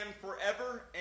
forever